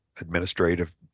administrative